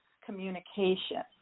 communication